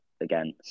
again